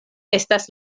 estas